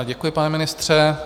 Děkuji, pane ministře.